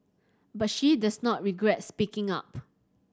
but she does not regret speaking up